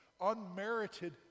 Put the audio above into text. unmerited